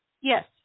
Yes